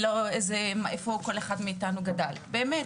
באמת,